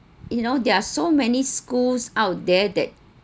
you know there are so many schools out there that